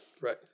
Right